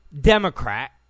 Democrat